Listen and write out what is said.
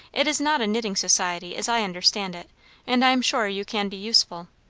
it is not a knitting society, as i understand it and i am sure you can be useful.